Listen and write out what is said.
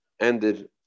ended